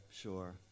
sure